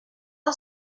all